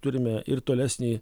turime ir tolesnį